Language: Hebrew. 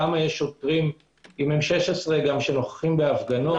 למה יש שוטרים עם M16 שנוכחים בהפגנות.